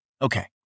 Okay